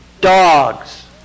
Dogs